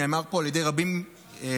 נאמר פה על ידי רבים קודם,